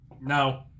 No